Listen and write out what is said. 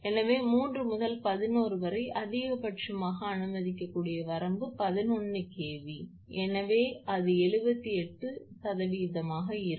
எனவே 3 முதல் 11 வரை அதிகபட்சமாக அனுமதிக்கக்கூடிய வரம்பு 11 kV அதாவது குறைந்த அலகு மின்னழுத்தம் அது உங்கள் 𝑉3 11 kV ஆகும் அது எடுக்கப்பட்டது எனவே அது 78ஆக இருக்கும்